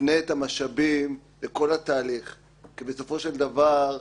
תפנה את המשאבים לכל התהליך כי בסופו של דבר,